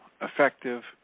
effective